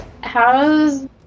how's